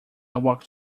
walked